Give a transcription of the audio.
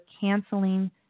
canceling